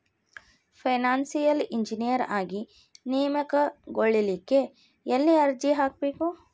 Financial engineer ಆಗಿ ನೇಮಕಗೊಳ್ಳಿಕ್ಕೆ ಯೆಲ್ಲಿ ಅರ್ಜಿಹಾಕ್ಬೇಕು?